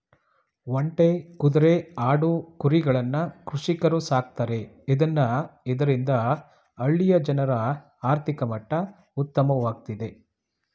ಒಂಟೆ, ಕುದ್ರೆ, ಆಡು, ಕುರಿಗಳನ್ನ ಕೃಷಿಕರು ಸಾಕ್ತರೆ ಇದ್ನ ಇದರಿಂದ ಹಳ್ಳಿಯ ಜನರ ಆರ್ಥಿಕ ಮಟ್ಟ ಉತ್ತಮವಾಗ್ತಿದೆ